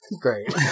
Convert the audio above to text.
Great